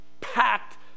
packed